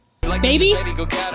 Baby